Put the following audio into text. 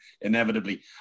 inevitably